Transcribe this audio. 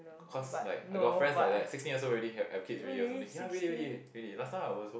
cause like I got friends like that sixteen years old already have have kids already or something ya really really really last time I was